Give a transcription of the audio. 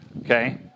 okay